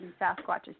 Sasquatches